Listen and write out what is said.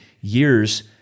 years